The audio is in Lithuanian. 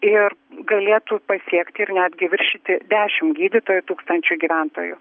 ir galėtų pasiekti ir netgi viršyti dešim gydytojų tūkstančiui gyventojų